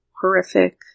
horrific